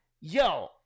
Yo